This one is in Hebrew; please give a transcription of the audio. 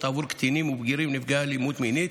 עבור קטינים ובגירים נפגעי אלימות מינית.